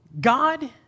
God